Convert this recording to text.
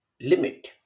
limit